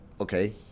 okay